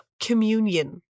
communion